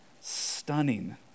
stunning